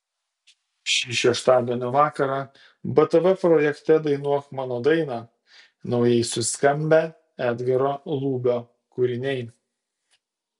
šį šeštadienio vakarą btv projekte dainuok mano dainą naujai suskambę edgaro lubio kūriniai